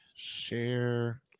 Share